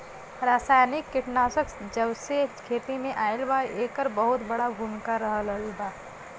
रासायनिक कीटनाशक जबसे खेती में आईल बा येकर बहुत बड़ा भूमिका रहलबा